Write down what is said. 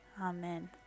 Amen